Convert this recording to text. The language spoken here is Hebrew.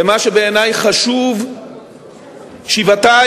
ומה שבעיני חשוב שבעתיים,